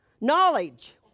knowledge